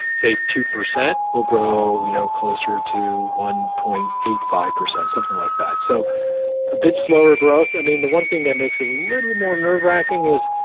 say, two percent, we'll grow, you know, closer to one point eight five zero something like that. so a bit slower growth i mean, the one thing that makes it a little more nerve-wracking is,